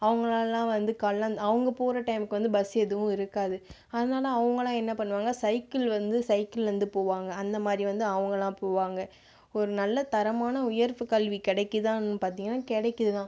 அவங்களாலலாம் வந்து காலைல அந்த அவங்க போகற டைமுக்கு வந்து பஸ் எதுவும் இருக்காது அதனால் அவங்களாம் என்ன பண்ணுவாங்கன்னா சைக்கிள் வந்து சைக்கிள்லருந்து போவாங்க அந்த மாதிரி வந்து அவங்கல்லாம் போவாங்க ஒரு நல்ல தரமான உயர்ப்பு கல்வி கிடைக்குதான்னு பார்த்திங்கன்னா கிடைக்குதுதான்